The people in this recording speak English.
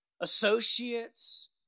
associates